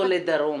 להרחיב אותו לדרום.